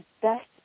best